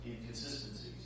inconsistencies